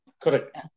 Correct